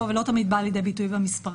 והוא לא תמיד בא לידי ביטוי במספרים.